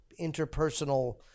interpersonal